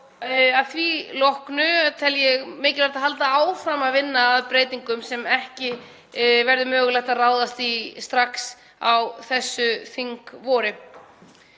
því loknu tel ég mikilvægt að halda áfram að vinna að breytingum sem ekki verður mögulegt að ráðast í strax á þessu vorþingi.